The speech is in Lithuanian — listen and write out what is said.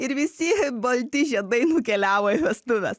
ir visi balti žiedai nukeliavo į vestuves